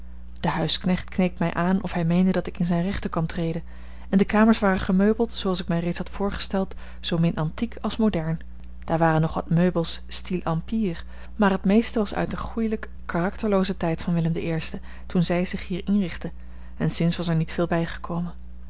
de huisknecht keek mij aan of hij meende dat ik in zijne rechten kwam treden en de kamers waren gemeubeld zooals ik mij reeds had voorgesteld zoomin antiek als modern daar waren nog wat meubels style empire maar het meeste was uit den goelijk karakterloozen tijd van willem i toen zij zich hier inrichtte en sinds was er niet veel bijgekomen